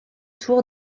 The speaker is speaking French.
tour